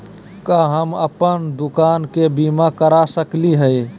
का हम अप्पन दुकान के बीमा करा सकली हई?